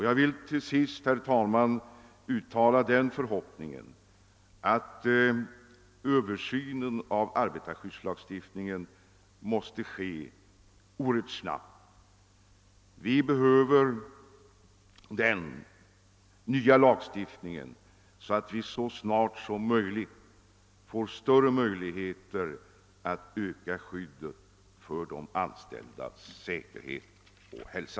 Jag vill till sist herr talman, uttala den förhoppningen att översynen av arbetarskyddslagstiftningen måtte ske mycket snabbt. Vi behöver den nya lagstiftningen snarast för att få större möjligheter att öka skyddet för de anställdas säkerhet och hälsa.